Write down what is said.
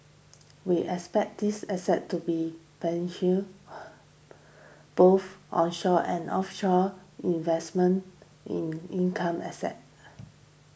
we expect this asset to be both onshore and offshore investment in income assets